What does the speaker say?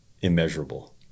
immeasurable